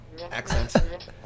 Accent